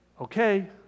okay